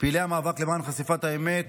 פעילי המאבק למען חשיפת האמת